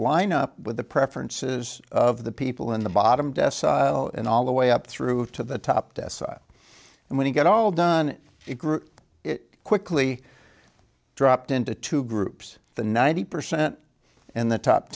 line up with the preferences of the people in the bottom and all the way up through to the top decile and when you get all done it quickly dropped into two groups the ninety percent and the top